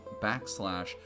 backslash